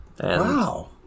Wow